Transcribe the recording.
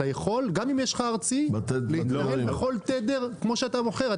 גם אם יש לך ארצי אתה יכול להתערב בכל תדר שאתה בוחר.